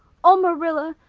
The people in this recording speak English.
oh, marilla,